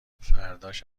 فرداش